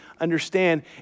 understand